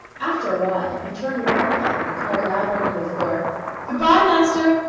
after a while, he turned around again and called louder than before good-by, master.